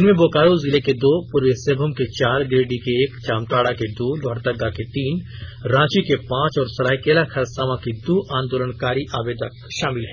इनमें बोकारो जिले के दो पूर्वी सिंहभूम के चार गिरिडीह के एक जामताड़ा के दो लोहरदगा के तीन रांची के पांच और सरायकेला खरसांवा के दो आंदोलनकारी आवेदक शामिल हैं